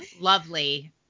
Lovely